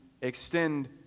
extend